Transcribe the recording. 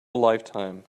lifetime